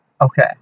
Okay